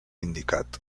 indicat